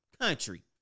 country